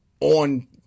on